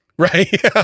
Right